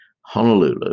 Honolulu